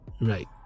right